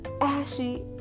ashy